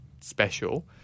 special